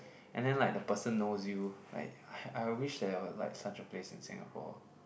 and then like the person knows you like I wish there was like such a place in Singapore